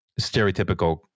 stereotypical